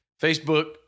Facebook